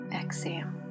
exhale